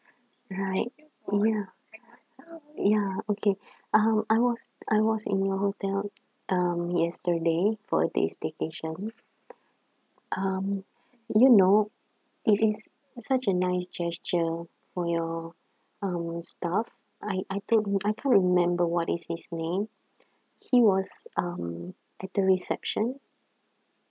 right ya ya okay um I was I was in your hotel um yesterday for a day staycation um you know it is such a nice gesture from your um staff I I don't I can't remember what is his name he was um at the reception